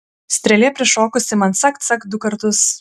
strėlė prišokusi man cakt cakt du kartus